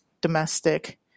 domestic